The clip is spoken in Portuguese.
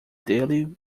dele